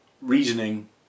reasoning